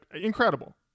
incredible